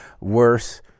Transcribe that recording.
worse